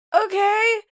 okay